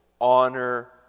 honor